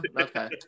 okay